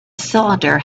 cylinder